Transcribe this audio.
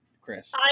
Chris